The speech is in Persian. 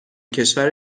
کشور